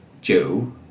Joe